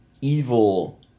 evil